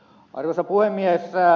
arvoisa puhemies